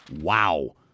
Wow